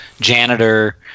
janitor